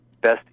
best